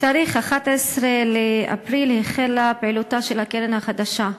ב-11 באפריל החלה פעילותה של הקרן החדשה,